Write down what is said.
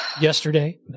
Yesterday